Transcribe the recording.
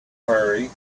hurry